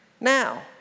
Now